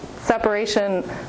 separation